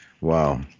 Wow